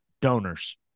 donors